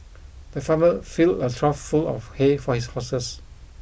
the farmer filled a trough full of hay for his horses